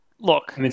Look